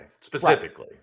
specifically